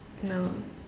no